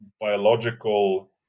biological